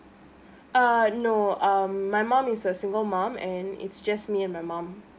ah no um my mum is a single mom and it's just me and my mum